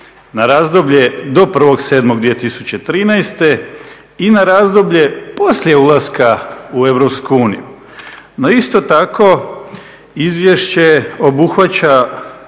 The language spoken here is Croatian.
na razdoblje do 01.07.2013. i na razdoblje poslije ulaska u EU. No isto tako izvješće obuhvaća